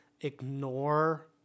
ignore